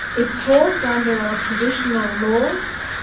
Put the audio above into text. it falls under our traditional laws,